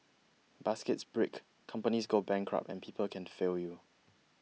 baskets break companies go bankrupt and people can fail you